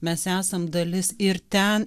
mes esam dalis ir ten